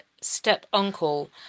step-uncle